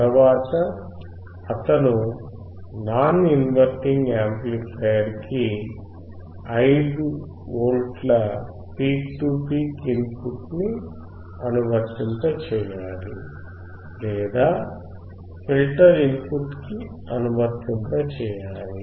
తరువాత అతను non inverting amplifier కి 5V peak to peak input ని అనువర్తింప చేయాలి లేదా ఫిల్టర్ ఇన్ పుట్ కి అనువర్తింప చేయాలి